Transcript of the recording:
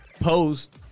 post